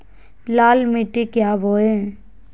लाल मिट्टी क्या बोए?